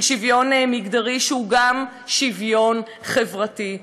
של שוויון מגדרי שהוא גם שוויון חברתי.